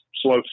slow